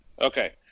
Okay